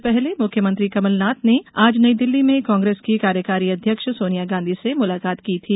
इससे पहले मुख्यमंत्री कमलनाथ ने आज नई दिल्ली में कांग्रेस की कार्यकारी अध्यक्ष सोनिया गांधी से मुलाकात की थी